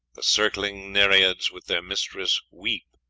the circling nereids with their mistress weep,